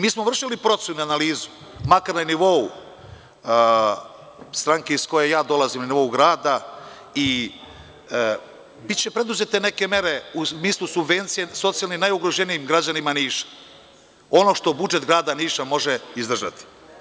Mi smo vršili procenu i analizu, makar na nivou stranke iz koje ja dolazim, na nivou grada i biće preduzete neke mere u smislu subvencija socijalno najugroženijim građanima Niša, ono što budžet grada Niša može izdržati.